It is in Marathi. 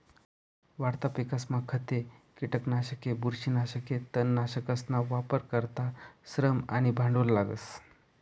वाढता पिकसमा खते, किटकनाशके, बुरशीनाशके, तणनाशकसना वापर करता श्रम आणि भांडवल लागस